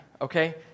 okay